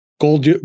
gold